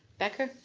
becker?